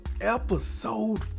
episode